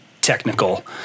technical